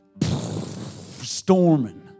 Storming